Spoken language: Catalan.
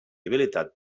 habilitat